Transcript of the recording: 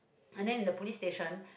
and then the police station